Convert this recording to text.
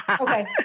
Okay